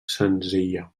senzilla